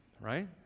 Right